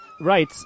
right